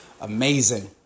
amazing